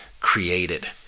created